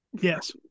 Yes